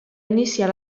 iniciar